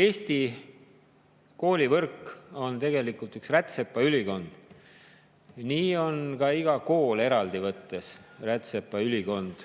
Eesti koolivõrk on tegelikult üks rätsepaülikond. Nii on ka iga kool eraldi võttes rätsepaülikond,